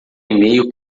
email